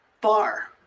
bar